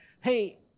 hey